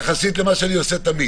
אמרתי "יחסית למה שאני עושה תמיד".